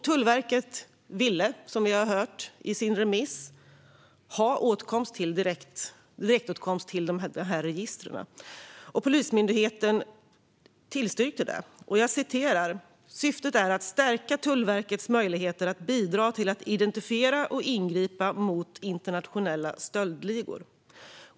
Tullverket utryckte, som vi har hört, i sin remiss en vilja att ha direktåtkomst till registret. Polismyndigheten tillstyrkte det och menar att syftet är att stärka Tullverkets möjligheter att bidra till att identifiera och ingripa mot internationella stöldligor.